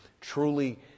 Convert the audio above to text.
truly